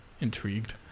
intrigued